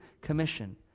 Commission